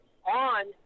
on